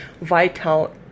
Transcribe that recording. vital